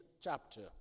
chapter